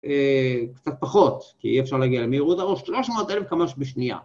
קצת פחות, כי אי אפשר להגיע למהירות הראש, 300 אלף קמ"ש בשנייה.